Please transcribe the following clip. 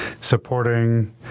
supporting